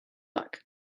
luck